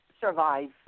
survive